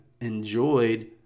enjoyed